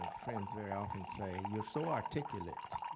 friends very often say, you're so articulate.